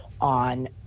on